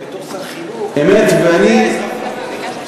ובתור שר חינוך שיעורי האזרחות הם החשובים.